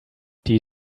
die